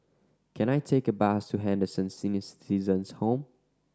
can I take a bus to Henderson Senior Citizens' Home